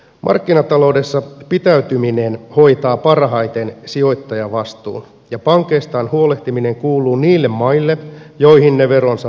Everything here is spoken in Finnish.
markkinataloudessa pitäytyminen hoitaa parhaiten sijoittajavastuun ja pankeistaan huolehtiminen kuuluu niille maille joihin ne veronsa maksavat